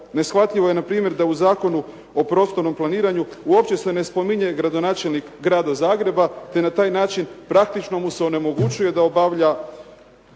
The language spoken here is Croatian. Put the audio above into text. Neshvatljivo je npr. da je u Zakonu o prostornom planiranju uopće se ne spominje gradonačelnik Grada Zagreba, te na taj način praktično mu se onemogućuje da obavlja